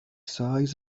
سایز